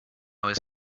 was